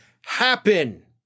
happen